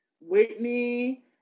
Whitney